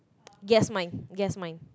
guess mine guess mine